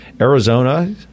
Arizona –